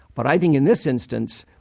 but i think in this instance,